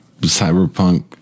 cyberpunk